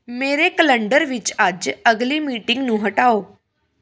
ਮੇਰੇ ਕੈਲੰਡਰ ਵਿੱਚ ਅੱਜ ਅਗਲੀ ਮੀਟਿੰਗ ਨੂੰ ਹਟਾਓ